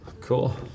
Cool